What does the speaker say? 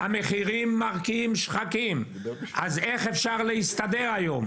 המחירים פה מרקיעים שחקים, איך אפשר להסתדר היום?